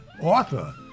author